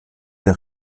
der